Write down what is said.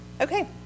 Okay